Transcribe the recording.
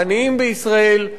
העניים בישראל,